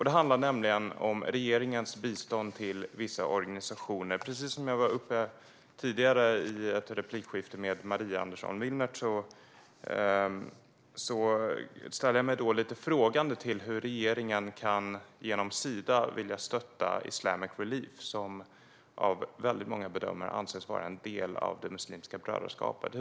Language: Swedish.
Det gäller regeringens bistånd till vissa organisationer. Precis som i det tidigare replikskiftet med Maria Andersson Willner ställer jag mig lite frågande till hur regeringen genom Sida kan stötta Islamic Relief som av många bedömare anses vara en del av Muslimska brödraskapet.